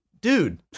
Dude